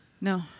No